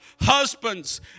husbands